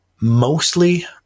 mostly